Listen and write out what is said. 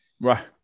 Right